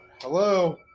Hello